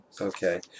Okay